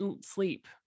sleep